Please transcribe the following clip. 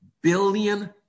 billion